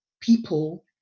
people